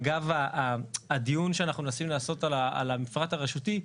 אגב הדיון שאנחנו מנסים לעשות על המפרט הרשותי,